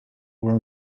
were